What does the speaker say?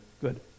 good